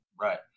Right